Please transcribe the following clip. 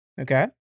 Okay